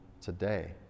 today